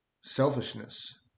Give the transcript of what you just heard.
selfishness